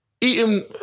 eating